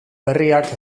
berriak